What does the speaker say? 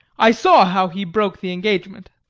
i saw how he broke the engagement.